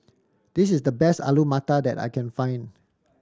this is the best Alu Matar that I can find